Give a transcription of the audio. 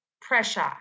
pressure